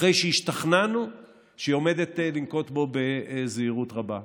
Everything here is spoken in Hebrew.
אחרי שהשתכנענו שהיא עומדת לנקוט אותו בזהירות רבה.